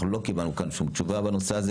אנחנו לא קיבלנו כאן שום תשובה בנושא הזה